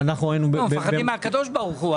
לא, מפחדים מהקדוש ברוך הוא.